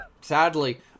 Sadly